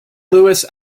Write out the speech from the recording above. louis